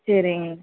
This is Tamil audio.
சரிங்க